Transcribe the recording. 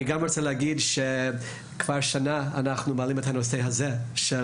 אני גם רוצה להגיד שכבר שנה אנחנו מעלים את נושא העולים,